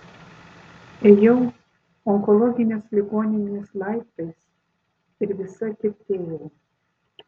ėjau onkologinės ligoninės laiptais ir visa tirtėjau